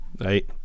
Right